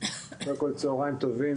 מה בדיוק צפוי להשתנות.